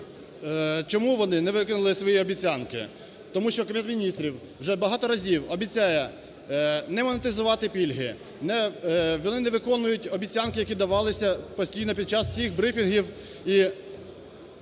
чому вони не виконали свої обіцянки? Тому що Кабінет Міністрів вже багато разів обіцяє не монетизувати пільги, вони не виконують обіцянки, які давалися постійно під час всіх брифінгів Кабінетом